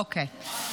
אוקיי.